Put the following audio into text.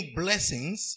blessings